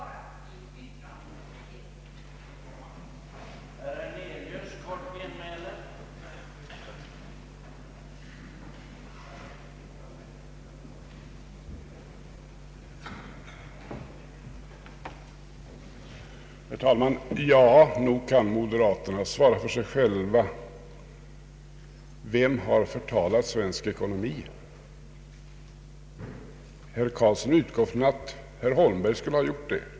Ja, nog kan moderaterna svara för sig själva. Vem har förtalat svensk ekonomi? Herr Karlsson utgår från att herr Holmberg skulle ha gjort det.